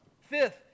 Fifth